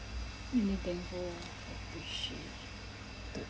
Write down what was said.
and then can hold ah appreciate to